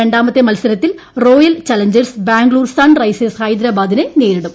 രാണ്ടാമത്തെ മത്സരത്തിൽ Royal Challengers Bangalore Sunrisers ഹൈദരാബാദിനെ നേരിടും